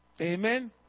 Amen